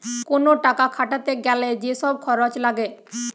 কোন টাকা খাটাতে গ্যালে যে সব খরচ লাগে